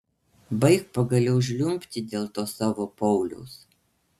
baik pagaliau žliumbti dėl to savo pauliaus